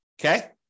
okay